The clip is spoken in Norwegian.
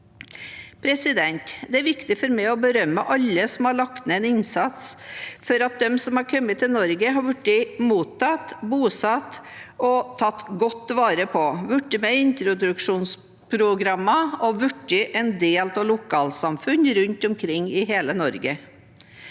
har vært. Det er viktig for meg å berømme alle som har lagt ned en innsats for at de som har kommet til Norge, har blitt mottatt, bosatt og tatt godt vare på, blitt med i introduksjonsprogrammer og blitt en del av lokalsam funn rundt omkring i hele Norge.